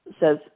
says